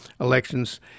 elections